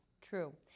True